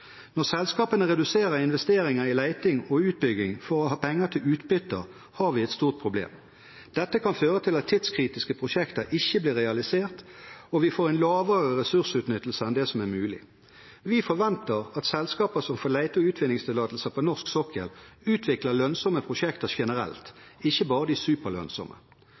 Når selskapene reduserer investeringene i leting og utbygging for å ha penger til utbytter, har vi et stort problem. Dette kan føre til at tidskritiske prosjekter ikke blir realisert, og vi får en lavere ressursutnyttelse enn det som er mulig. Vi forventer at selskaper som får lete- og utvinningstillatelser på norsk sokkel, utvikler lønnsomme prosjekter generelt – ikke bare de superlønnsomme.